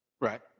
Right